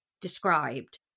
described